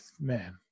man